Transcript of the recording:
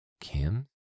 Kim